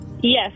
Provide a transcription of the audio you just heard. Yes